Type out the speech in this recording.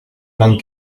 vingt